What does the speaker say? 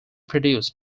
produce